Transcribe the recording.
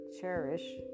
cherish